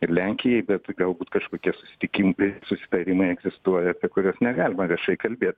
ir lenkijai bet galbūt kažkokie susitikimai susitarimai egzistuoja apie kuriuos negalima viešai kalbėt